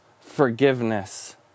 forgiveness